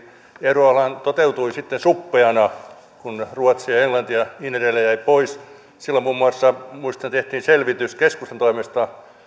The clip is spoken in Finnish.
euroaluehan toteutui sitten suppeana kun ruotsi ja englanti ja niin edelleen jäivät pois silloin muun muassa muistan tehtiin selvitys keskustan toimesta